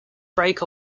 break